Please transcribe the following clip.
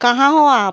कहाँ हो आप